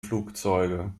flugzeuge